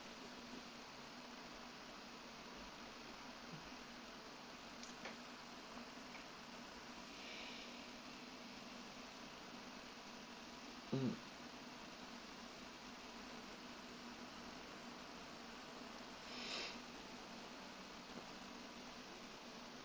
mm